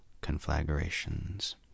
conflagrations